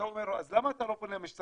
אתה שואל אותו: אז למה אתה לא פונה למשטרה?